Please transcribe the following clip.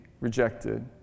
rejected